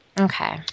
Okay